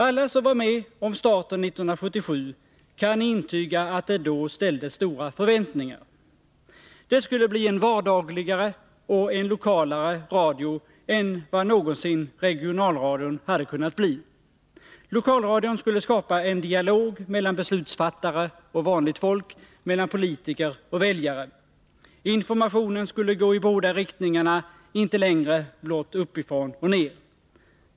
Alla som var med om starten 1977 kan intyga att det då ställdes stora förväntningar. Det skulle bli en vardagligare och lokalare radio än vad någonsin regionalradion hade kunnat bli. Lokalradion skulle skapa en dialog mellan beslutsfattare och vanligt folk, mellan politiker och väljare. Informationen skulle gå i båda riktningarna, inte längre blott uppifrån och ner.